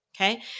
Okay